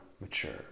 mature